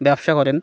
ব্যবসা করেন